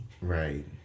Right